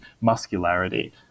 muscularity